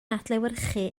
adlewyrchu